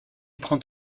prend